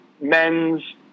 men's